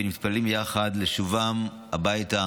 ומתפללים יחד לשובם הביתה